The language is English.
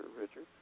Richard